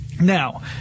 Now